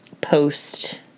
post